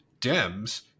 Dems